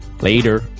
Later